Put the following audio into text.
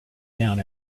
down